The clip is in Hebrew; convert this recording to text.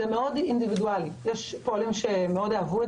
זה מאוד אינדיבידואלי יש פועלים שמאוד אהבו את